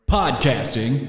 podcasting